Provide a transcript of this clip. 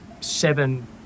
seven